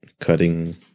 cutting